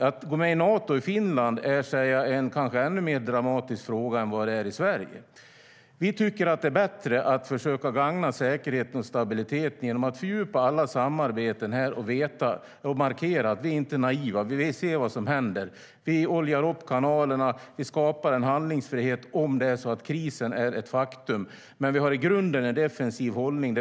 Att Finland skulle gå med i Nato är en ännu mer dramatisk fråga än för Sverige. Regeringen tycker att det är bättre att försöka gagna säkerhet och stabilitet genom att fördjupa alla samarbeten och markera att Sverige inte är naivt. Sverige vill se vad som händer. Vi oljar kanalerna och skapar en handlingsfrihet om krisen är ett faktum. Men regeringen har i grunden en defensiv hållning.